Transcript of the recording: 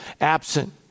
absent